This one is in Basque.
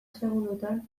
segundotan